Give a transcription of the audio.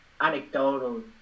anecdotal